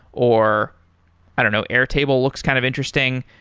or i don't know, air table looks kind of interesting.